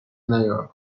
نیار